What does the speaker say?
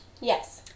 Yes